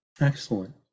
Excellent